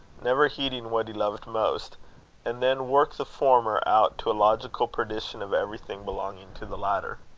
never heeding what he loved most and then work the former out to a logical perdition of everything belonging to the latter.